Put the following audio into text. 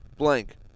Blank